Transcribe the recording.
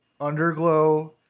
underglow